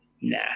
Nah